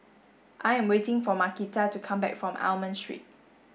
I am waiting for Markita to come back from Almond Street